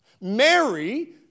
Mary